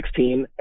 2016